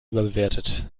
überbewertet